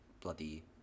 bloody